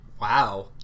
Wow